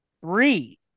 three